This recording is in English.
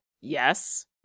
Yes